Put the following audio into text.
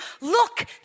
Look